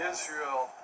Israel